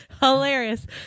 hilarious